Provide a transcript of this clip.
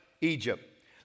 Egypt